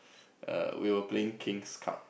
err we were playing kings cup